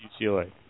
UCLA